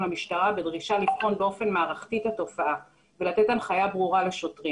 בדרישה לבחון באופן מערכתי את התופעה ולתת הנחיה ברורה לשוטרים.